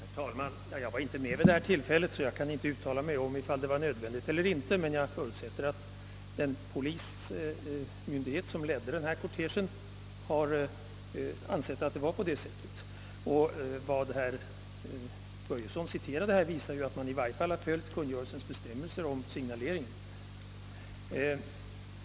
Herr talman! Jag var inte med vid detta tillfälle och jag kan därför inte uttala mig om det var nödvändigt eller inte, men jag förutsätter att den polismyndighet som ledde denna kortege ansåg att det förhöll sig så. Vad herr Börjesson i Falköping citerade visar, att man i alla fall har följt kungörelsens bestämmelser om signalering.